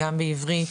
גם בעברית,